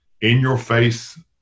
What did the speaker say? in-your-face